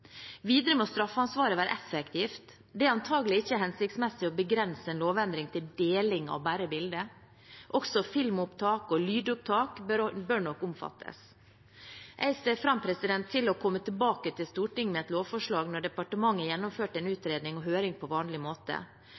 Videre må straffeansvaret være effektivt. Det er antakelig ikke hensiktsmessig å begrense en lovendring til deling av bare bilder. Filmopptak og lydopptak bør nok også omfattes. Jeg ser fram til å komme tilbake til Stortinget med et lovforslag når departementet har gjennomført en utredning og høring på vanlig måte.